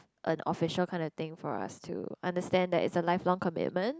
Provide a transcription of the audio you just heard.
a an official kind of thing for us to understand that it's a lifelong commitment